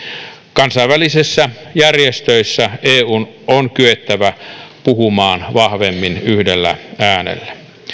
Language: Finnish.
kansainvälisissä järjestöissä eun on kyettävä puhumaan vahvemmin yhdellä äänellä